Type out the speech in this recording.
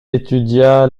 étudia